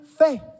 faith